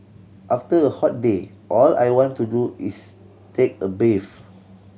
after a hot day all I want to do is take a bath